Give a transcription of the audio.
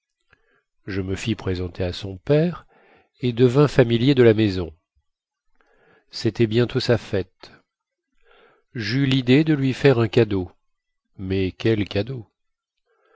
je me fis présenter à son père et devins familier de la maison cétait bientôt sa fête jeus lidée de lui faire un cadeau mais quel cadeau